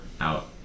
out